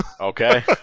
Okay